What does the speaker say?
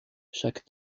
chaque